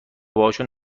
باهاشون